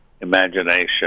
imagination